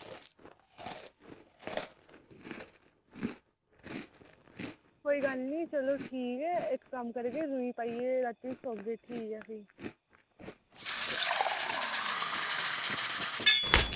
कोई गल्ल निं चलो ठीक ऐ ते रूई पागे ते ताहियैं रातीं सौगे भी